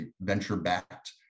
venture-backed